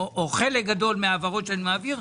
או חלק גדול מההעברות שאני מעביר,